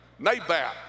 Nabat